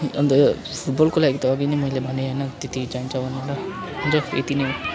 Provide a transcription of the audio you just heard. अन्त फुटबलको लागि त अघि नै मैले भनेँ होइन त्यति चाहिन्छ भनेर हुन्छ यति नै हो